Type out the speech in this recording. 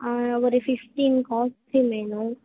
ஒரு fifteen costume வேணும்